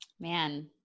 Man